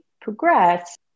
progress